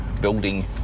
building